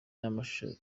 n’amashusho